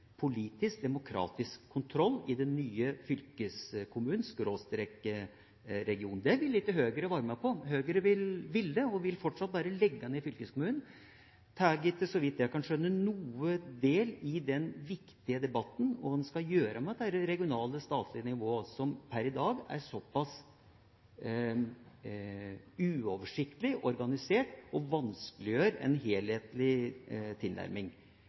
politisk, demokratisk kontroll i den nye fylkeskommunen/regionen. Det ville ikke Høyre være med på. Høyre ville, og vil fortsatt, bare legge ned fylkeskommunen. De tar ikke – så vidt jeg kan skjønne – noe del i den viktige debatten om hva en skal gjøre med det statlige, regionale nivået, som per i dag er såpass uoversiktlig organisert, og som vanskeliggjør en helhetlig tilnærming,